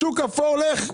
שוק אפור הולך,